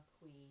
queen